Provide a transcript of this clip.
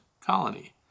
colony